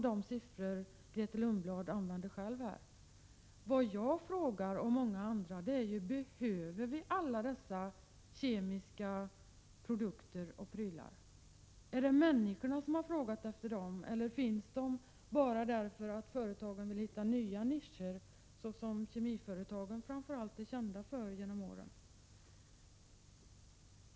Grethe Lundblad nämnde själv några siffror. Vad jag och många andra frågar är: Behöver vi alla dessa kemiska produkter och prylar? Är det människorna som har frågat efter dem, eller finns de bara därför att företagen vill hitta nya nischer, som framför allt kemiföretagen genom åren har gjort sig kända för?